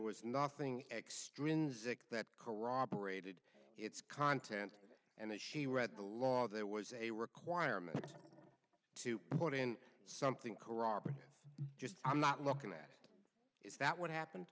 was nothing extrinsic that corroborated its content and that she read the law there was a requirement to put in something corroborating just i'm not looking at is that what happened